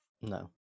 No